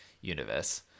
universe